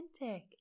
authentic